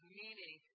meaning